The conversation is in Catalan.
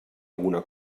alguna